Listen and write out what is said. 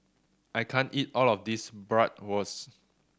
I can't eat all of this Bratwurst